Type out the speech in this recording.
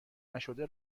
نشده